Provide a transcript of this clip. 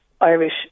Irish